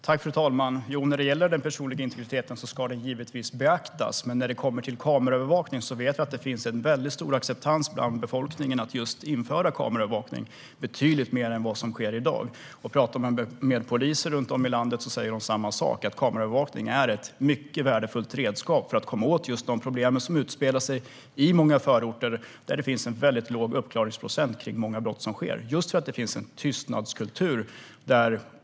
Fru talman! Den personliga integriteten ska givetvis beaktas. Men det finns stor acceptans bland befolkningen för att införa just kameraövervakning i betydligt större utsträckning än i dag. Poliser runt om i landet säger samma sak. Kameraövervakning är ett mycket värdefullt redskap för att komma åt de problem som utspelar sig i många förorter där det finns en väldigt låg uppklarningsprocent för många brott, just på grund av att det finns en tystnadskultur.